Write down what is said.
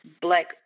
black